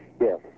Yes